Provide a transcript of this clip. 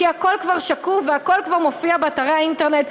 כי הכול כבר שקוף והכול כבר מופיע באתרי האינטרנט,